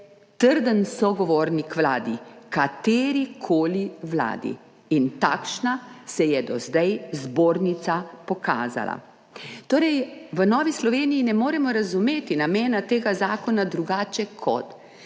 trden sogovornik vladi, katerikoli vladi, in kot takšna se je do zdaj Zbornica pokazala. Torej v Novi Sloveniji ne moremo razumeti namena tega zakona drugače, kot